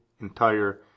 entire